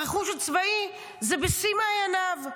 הרכוש הצבאי זה בראש מעייניו.